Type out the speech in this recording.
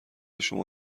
شما